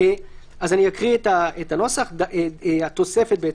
אקרא את התוספת.